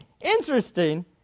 interesting